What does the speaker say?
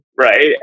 right